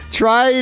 try